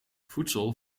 voedsel